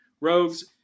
Rogues